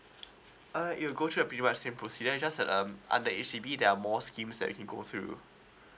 uh it will go through the period of same procedure is just that um under H_D_B there are more schemes that you go through